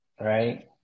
right